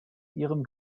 ihrem